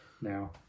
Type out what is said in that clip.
now